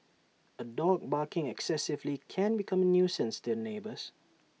A dog barking excessively can becoming nuisance to neighbours